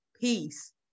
Peace